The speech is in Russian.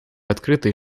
открытой